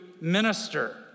minister